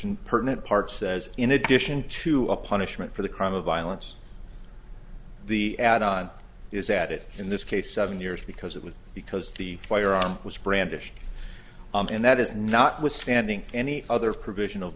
in pertinent part says in addition to a punishment for the crime of violence the add on is at it in this case seven years because it was because the firearm was brandished and that is not withstanding any other provision of